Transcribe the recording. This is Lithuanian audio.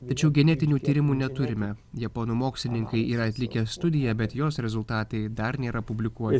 tačiau genetinių tyrimų neturime japonų mokslininkai yra atlikę studiją bet jos rezultatai dar nėra publikuojami